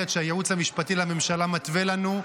שהייעוץ המשפטי לממשלה מתווה לנו.